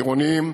עירוניים,